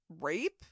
rape